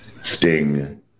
Sting